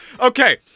Okay